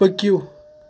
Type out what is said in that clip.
پٔکِو